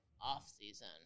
off-season